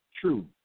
true